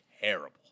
terrible